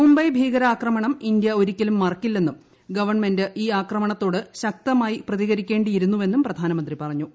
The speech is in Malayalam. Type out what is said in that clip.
മുംബ്ലൈ ഭീകരാക്രമണം ഇന്ത്യ ഒരിക്കലും മറക്കില്ലെന്നും ഗവൺമെന്റ് പുള് ഈ ആക്രമണത്തോട് ശക്തമായി പ്രതികരിക്കേണ്ടിയിരുന്നു്വെന്നും പ്രധാനമന്ത്രി പറഞ്ഞു